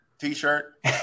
T-shirt